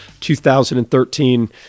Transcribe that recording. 2013